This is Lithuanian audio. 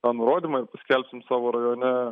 tą nurodymą ir paskelbsim savo rajone